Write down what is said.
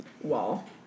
wall